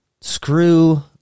Screw